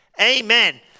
Amen